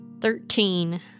Thirteen